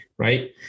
right